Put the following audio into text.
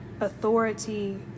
authority